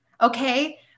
Okay